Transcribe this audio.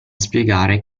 spiegare